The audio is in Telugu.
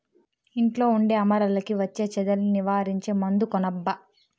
ఇంట్లో ఉండే అరమరలకి వచ్చే చెదల్ని నివారించే మందు కొనబ్బా